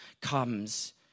comes